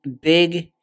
Big